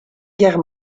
guerre